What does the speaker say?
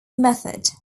method